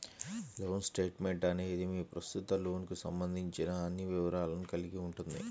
loan statement అనేది మీ ప్రస్తుత లోన్కు సంబంధించిన అన్ని వివరాలను కలిగి ఉంటుంది